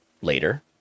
later